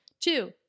Two